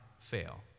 fail